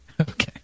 Okay